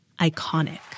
iconic